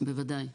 בוודאי.